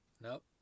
nope